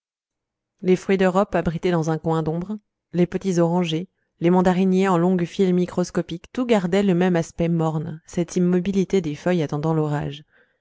les fruits d'europe abrités dans un coin d'ombre les petits orangers les mandariniers en longues files microscopiques tout gardait le même aspect morne cette immobilité des feuilles attendant l'orage